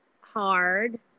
hard